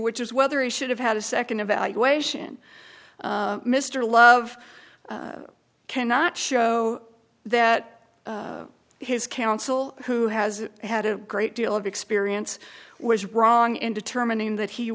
which is whether he should have had a nd evaluation mr love cannot show that his counsel who has had a great deal of experience was wrong in determining that he